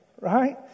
right